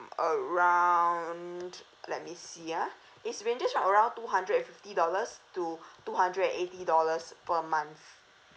around let me see ah it's ranges from around two hundred and fifty dollars to two hundred and eighty dollars per month